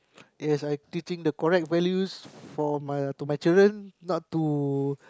yes I teaching the correct values for my to my children not to